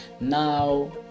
now